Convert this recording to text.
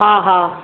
हा हा